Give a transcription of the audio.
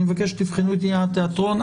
אני מבקש שתבחנו את עניין התיאטרון.